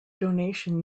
donation